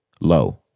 Low